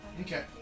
Okay